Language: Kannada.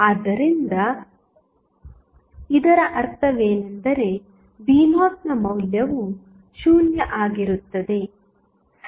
ಆದ್ದರಿಂದ ಇದರ ಅರ್ಥವೇನೆಂದರೆ v0ನ ಮೌಲ್ಯವು 0 ಆಗಿರುತ್ತದೆ ಸರಿ